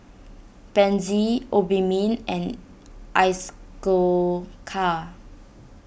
Pansy Obimin and